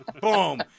Boom